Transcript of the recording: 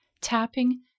Tapping